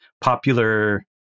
popular